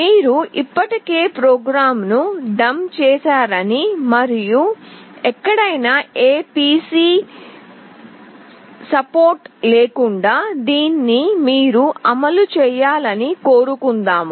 మీరు ఇప్పటికే ప్రోగ్రామ్ను డంప్ చేశారని మరియు ఎక్కడైనా ఏ PC మద్దతు లేకుండా దీన్ని మీరు అమలు చేయాలని కోరుకుందాం